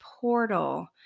portal